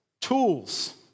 tools